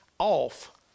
off